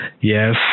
Yes